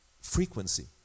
frequency